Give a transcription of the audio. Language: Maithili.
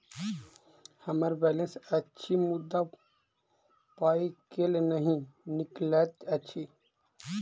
हम्मर बैलेंस अछि मुदा पाई केल नहि निकलैत अछि?